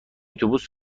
اتوبوس